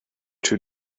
two